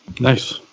Nice